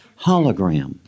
hologram